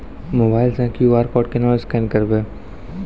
Mobile से QR code केना scan करबै?